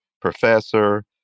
professor